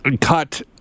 cut